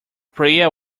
priya